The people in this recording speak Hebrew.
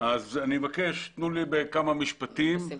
ואני מבקש, תנו לי לומר כמה משפטים.